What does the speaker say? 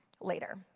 later